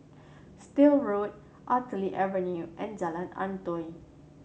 Still Road Artillery Avenue and Jalan Antoi